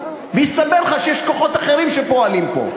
והסתבר שיש כוחות אחרים שפועלים פה.